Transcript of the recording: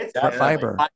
Fiber